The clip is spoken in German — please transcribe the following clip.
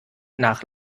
nach